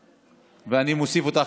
ואני מוסיף אותך,